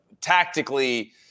Tactically